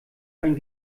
ein